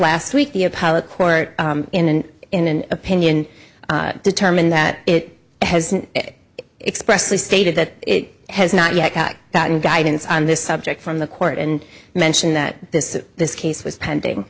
last week the appellate court in an in an opinion determined that it has expressed the stated that it has not yet gotten guidance on this subject from the court and mention that this this case was pending